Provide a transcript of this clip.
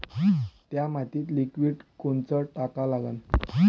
थ्या मातीत लिक्विड कोनचं टाका लागन?